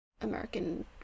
American